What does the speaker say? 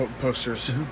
posters